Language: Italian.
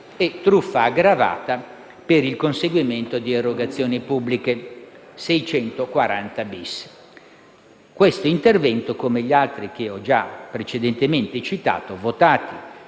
e truffa aggravata per il conseguimento di erogazioni pubbliche (articolo 640-*bis*). Questi interventi, come gli altri che ho precedentemente citato, votati